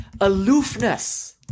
aloofness